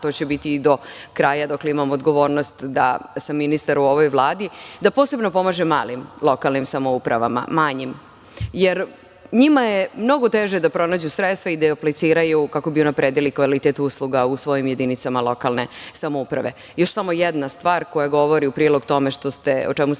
to će biti do kraja, dokle imam odgovornost da sam ministar u ovoj Vladi, da posebno pomažem malim lokalnim samoupravama, manjim. Jer, njima je mnogo teže da pronađu sredstva i da apliciraju kako bi unapredili kvalitet usluga u svojim jedinicama lokalne samouprave. Još samo jedna stvar koja govori u prilog tome o čemu ste